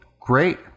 great